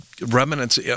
remnants